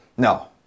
No